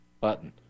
button